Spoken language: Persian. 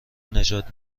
نجات